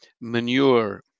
manure